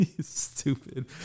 Stupid